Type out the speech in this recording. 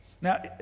Now